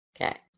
Okay